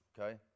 okay